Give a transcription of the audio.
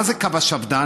מה זה קו השפד"ן?